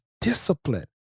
discipline